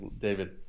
David